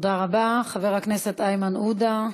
תודה רבה, חבר הכנסת איימן עודה.